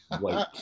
Wait